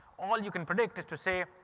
all you can predict is to say,